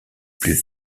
plus